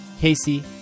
Casey